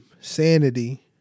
sanity